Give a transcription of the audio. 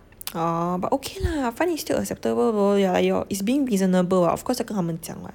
orh but okay lah find it still acceptable though yeah your is being reasonable [what] of course 要跟他们讲 [what]